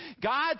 God